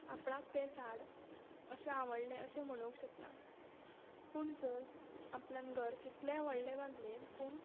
आपणाक तें झाड अशें आवडलें अशें म्हणूंक शकता पूण जर आपल्यान घर कितलें व्हडलें बांदले पूण